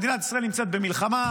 מדינת ישראל נמצאת במלחמה,